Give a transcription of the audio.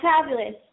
fabulous